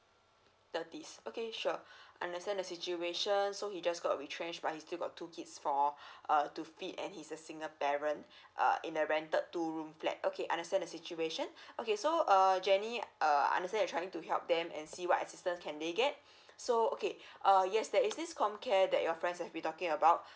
thirties okay sure I understand the situation so he just got retrenched but he still got two kids for err to feed and he is a single parent err in a rented two room flat okay I understand the situation okay so err J E N N Y err I understand you're trying to help them and see what assistance can they get so okay err yes there is this C_O_M care that your friends have been talking about